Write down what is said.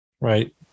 Right